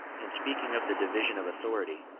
in speaking of the division of authority,